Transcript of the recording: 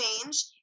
change